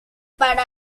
para